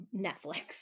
Netflix